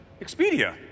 Expedia